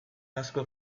azkue